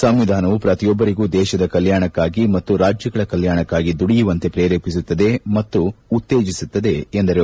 ಸಂವಿಧಾನವು ಪ್ರತಿಯೊಬ್ಬರಿಗೂ ದೇಶದ ಕಲ್ಯಾಣಕ್ಕಾಗಿ ಮತ್ತು ರಾಜ್ಯಗಳ ಕಲ್ಯಾಣಕ್ಕಾಗಿ ದುಡಿಯುವಂತೆ ಪ್ರೇರೇಪಿಸುತ್ತದೆ ಮತ್ತು ಉತ್ತೇಜಿಸುತ್ತದೆ ಎಂದರು